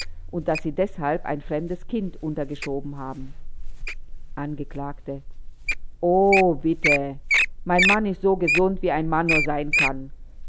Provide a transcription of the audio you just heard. und daß sie deshalb ein fremdes kind untergeschoben haben angekl o bitte mein mann ist so gesund wie ein mann nur sein kann